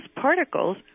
particles